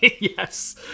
yes